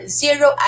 zero